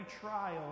trial